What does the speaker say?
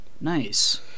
Nice